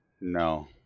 No